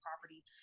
property